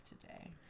today